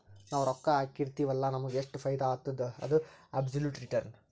ನಾವ್ ರೊಕ್ಕಾ ಹಾಕಿರ್ತಿವ್ ಅಲ್ಲ ನಮುಗ್ ಎಷ್ಟ ಫೈದಾ ಆತ್ತುದ ಅದು ಅಬ್ಸೊಲುಟ್ ರಿಟರ್ನ್